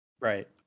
right